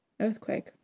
earthquake